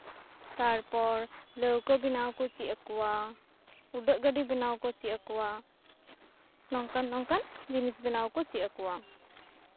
ᱛᱟᱨᱯᱚᱨ ᱞᱟᱹᱣᱠᱟᱹ ᱵᱮᱱᱟᱣ ᱠᱚ ᱪᱮᱫ ᱟᱠᱚᱣᱟ ᱩᱰᱟᱹᱜ ᱜᱟᱹᱰᱤ ᱵᱮᱱᱟᱣ ᱠᱚ ᱪᱮᱫ ᱟᱠᱚᱣᱟ ᱱᱚᱝᱠᱟᱱ ᱱᱚᱝᱠᱟᱱ ᱡᱤᱱᱤᱥ ᱵᱮᱱᱟᱣ ᱠᱚ ᱪᱮᱫ ᱟᱠᱚᱣᱟ